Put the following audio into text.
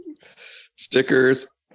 Stickers